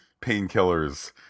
painkillers